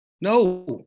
No